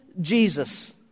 Jesus